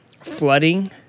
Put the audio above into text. flooding